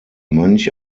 mönch